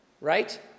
right